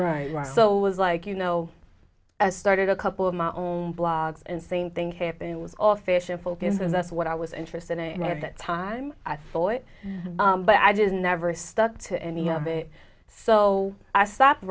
right so was like you know as started a couple of my own blogs and same thing happened was all fish in focus and that's what i was interested in and at that time i saw it but i didn't never stuck to any of it so i stopped